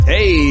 Hey